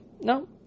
No